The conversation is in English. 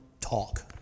talk